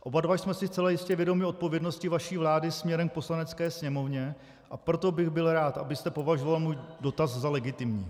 Oba dva jsme si zcela jistě vědomi odpovědnosti vaší vlády směrem k Poslanecké sněmovně, a proto bych byl rád, abyste považoval můj dotaz za legitimní.